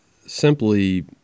simply